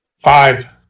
Five